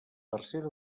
tercera